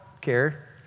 care